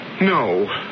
No